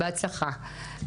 בהצלחה.